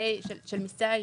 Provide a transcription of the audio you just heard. מיסי הייבוא.